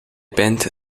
band